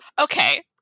okay